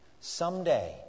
Someday